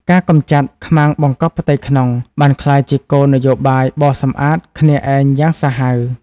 ការកម្ចាត់ "ខ្មាំងបង្កប់ផ្ទៃក្នុង" បានក្លាយជាគោលនយោបាយបោសសម្អាតគ្នាឯងយ៉ាងសាហាវ។